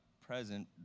present